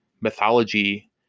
mythology